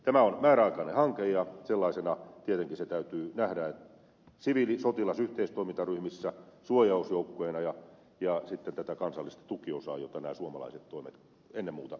tämä on määräaikainen hanke ja sellaisena tietenkin se täytyy nähdä siviilisotilas yhteistoimintaryhmissä suojausjoukkoina ja sitten on tätä kansallista tukiosaa jota nämä suomalaiset toimet ennen muuta koskevat